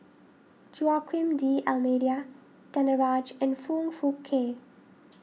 Joaquim D'Almeida Danaraj and Foong Fook Kay